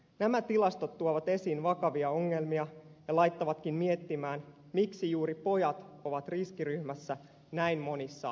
nämä tilastot tuovat esiin vakavia ongelmia ja laittavatkin miettimään miksi juuri pojat ovat riskiryhmässä näissä asioissa